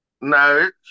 No